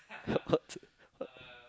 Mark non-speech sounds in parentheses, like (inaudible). (laughs) what what